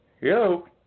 Hello